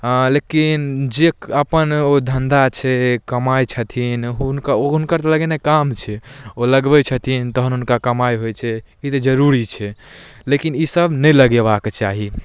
हँ लेकिन जे अपन ओ धन्धा छै कमाइ छथिन हुनकर लगेनाइ काम छै लगबै छथिन तहन हुनकर कमाइ होइ छै ई तऽ जरूरी छै लेकिन ईसब नहि लगेबाके चाही